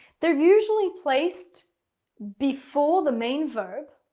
they're usually placed before the main verb,